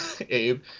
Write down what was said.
abe